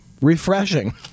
refreshing